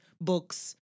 books